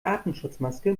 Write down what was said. atemschutzmaske